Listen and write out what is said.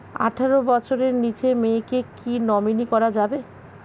আঠারো বছরের নিচে মেয়েকে কী নমিনি করা যাবে?